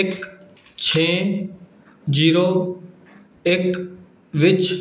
ਇੱਕ ਛੇ ਜ਼ੀਰੋ ਇੱਕ ਵਿੱਚ